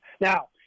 now